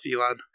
elon